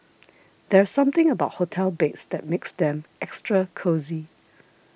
there's something about hotel beds that makes them extra cosy